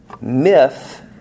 myth